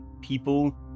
people